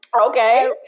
okay